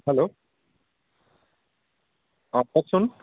hello অঁ কওকচোন